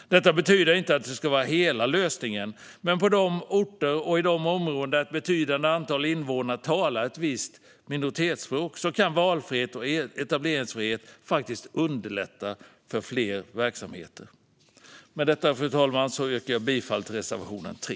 Det betyder inte att detta skulle vara hela lösningen, men på de orter och i de områden där ett betydande antal invånare talar ett visst minoritetsspråk kan valfrihet och etableringsfrihet underlätta för fler verksamheter. Fru talman! Med detta yrkar jag bifall till reservation 3.